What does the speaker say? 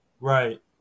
right